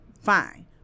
fine